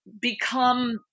become